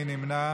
מי נמנע?